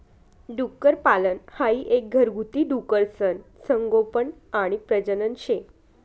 डुक्करपालन हाई एक घरगुती डुकरसनं संगोपन आणि प्रजनन शे